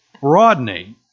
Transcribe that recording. broadening